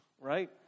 right